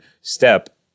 step